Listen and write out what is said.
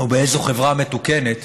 או באיזו חברה מתוקנת